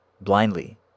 blindly